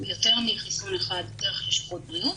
יותר מחיסון אחד דרך לשכות בריאות,